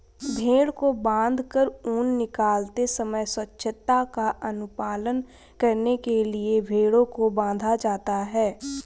भेंड़ को बाँधकर ऊन निकालते समय स्वच्छता का अनुपालन करने के लिए भेंड़ों को बाँधा जाता है